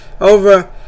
over